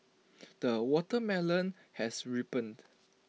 the watermelon has ripened